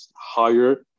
higher